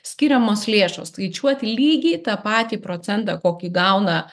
skiriamos lėšos skaičiuoti lygiai tą patį procentą kokį gauna